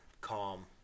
calm